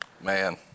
Man